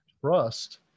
trust